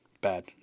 bad